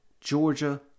Georgia